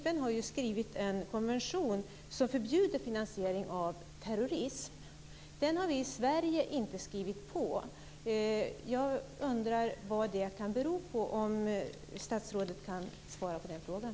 FN har skrivit en konvention som förbjuder finansiering av terrorism. Den har vi i Sverige inte skrivit på. Jag undrar vad det kan bero på, om statsrådet kan svara på den frågan.